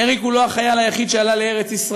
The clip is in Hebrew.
אריק הוא לא החייל היחיד שעלה לארץ-ישראל.